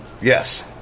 Yes